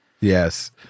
Yes